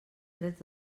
drets